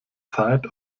zeit